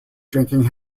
drinking